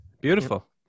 beautiful